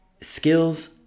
skills